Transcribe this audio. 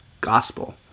Gospel